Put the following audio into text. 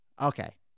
Okay